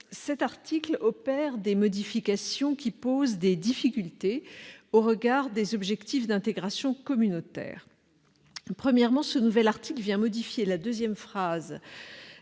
l'article 19 opère des modifications qui posent des difficultés au regard des objectifs d'intégration communautaire. Premièrement, ce nouvel article modifie la deuxième phrase